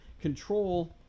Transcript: control